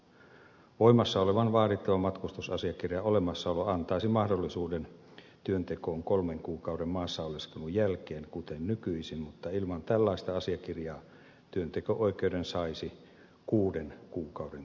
voimassa olevan vaadittavan matkustusasiakirjan olemassaolo antaisi mahdollisuuden työntekoon kolmen kuukauden maassa oleskelun jälkeen kuten nykyisin mutta ilman tällaista asiakirjaa työnteko oikeuden saisi kuuden kuukauden kuluttua